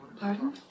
Pardon